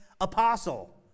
apostle